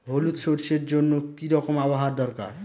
হলুদ সরষে জন্য কি রকম আবহাওয়ার দরকার?